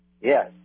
Yes